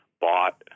bought